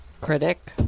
critic